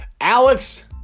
Alex